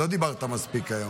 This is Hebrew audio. לא דיברת מספיק היום,